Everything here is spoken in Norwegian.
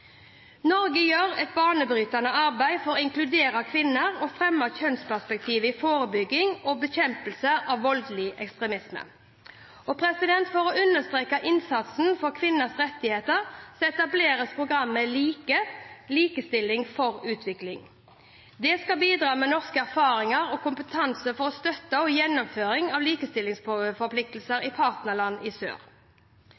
Norge gjør et banebrytende arbeid for å inkludere kvinner og fremme kjønnsperspektivet i forebygging og bekjempelse av voldelig ekstremisme. For å understreke innsatsen for kvinners rettigheter etableres programmet LIKE – likestilling for utvikling. Det skal bidra med norske erfaringer og kompetanse for å støtte gjennomføring av